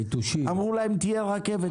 אמרו להם שתהיה רכבת,